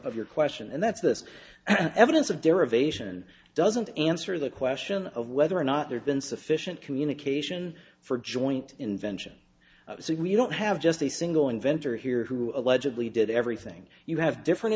your question and that's this evidence of derivation doesn't answer the question of whether or not there's been sufficient communication for joint invention so we don't have just a single inventor here who allegedly did everything you have different